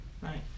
right